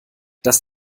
dass